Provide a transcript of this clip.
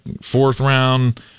fourth-round